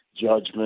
judgment